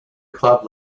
club